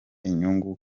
inyungu